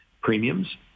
premiums